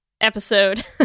episode